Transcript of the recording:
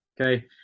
okay